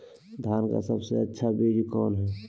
धान की सबसे अच्छा बीज कौन है?